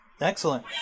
Excellent